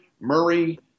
Murray